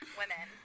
women